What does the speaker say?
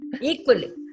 equally